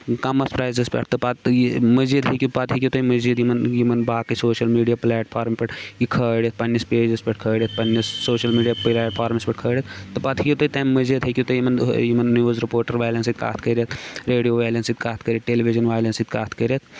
کَمَس پرٛایزَس پٮ۪ٹھ تہٕ پَتہٕ یہِ مٔزیٖد ہیٚکِو پَتہٕ ہیٚکِو تُہۍ مٔزیٖد یِمَن یِمن باقٕے سوشَل میٖڈیا پلیٹ فارم پٮ۪ٹھ یہِ کھٲلِتھ پَنٛنِس پیجَس پٮ۪ٹھ کھٲلِتھ پنٛنِس سوشَل میٖڈیا پلیٹ فارمَس پٮ۪ٹھ کھٲلِتھ تہٕ پَتہٕ ہیٚیو تُہۍ تَمہِ مٔزیٖد ہیٚکِو تُہۍ یِمَن یِمَن نِوٕز رِپوٹَر والٮ۪ن سۭتۍ کَتھ کٔرِتھ ریڈیو والٮ۪ن سۭتۍ کَتھ کٔرِتھ ٹیلی وجن والٮ۪ن سۭتۍ کَتھ کٔرِتھ